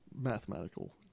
mathematical